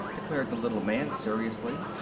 declared the little man seriously.